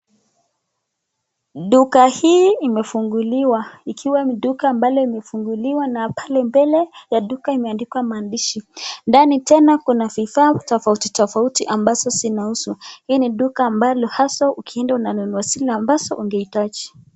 Duka hii imefunguliwa ikiwa ni duka ambalo imefunguliwa na pale mbele ya duka imeandikwa maandishi. Ndani tena kuna vifaa tofauti tofauti ambazo zinauzwa. Hii ni duka ambalo hasa ukienda unanunua zile ambazo ungehitaji.